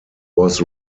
was